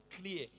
clear